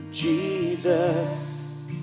Jesus